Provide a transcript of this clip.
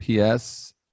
ps